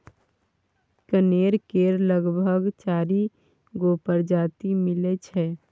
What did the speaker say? कनेर केर लगभग चारि गो परजाती मिलै छै